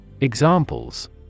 Examples